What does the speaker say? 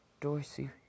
Dorsey